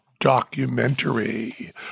documentary